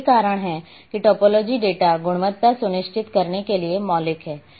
यही कारण है कि टोपोलॉजी डेटा गुणवत्ता सुनिश्चित करने के लिए मौलिक है